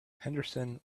henderson